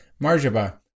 Marjaba